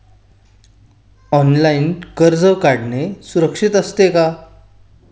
Online कर्ज काढणे सुरक्षित असते का?